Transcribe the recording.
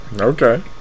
Okay